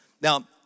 Now